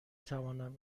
توانم